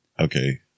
Okay